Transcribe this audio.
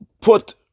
put